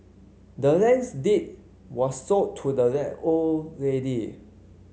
the land's deed was sold to the old lady